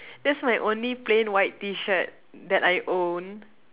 that's my only plain white T-shirt that I own